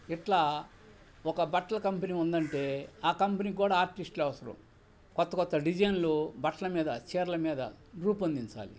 ఇట్లా ఒక బట్టల కంపెనీ ఉందంటే ఆ కంపెనీకి కూడా ఆర్టిస్ట్లు అవసరం కొత్త కొత్త డిజైన్లు బట్టల మీద చీరల మీద రూపొందించాలి